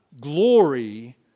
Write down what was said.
glory